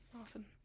Awesome